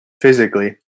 physically